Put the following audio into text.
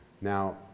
now